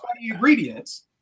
ingredients